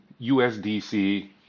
USDC